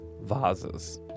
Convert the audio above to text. vases